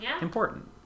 important